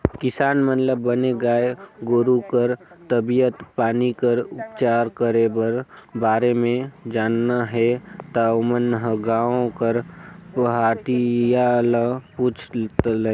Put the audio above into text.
किसान मन ल बने गाय गोरु कर तबीयत पानी कर उपचार करे कर बारे म जानना हे ता ओमन ह गांव कर पहाटिया ल पूछ लय